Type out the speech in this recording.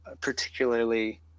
particularly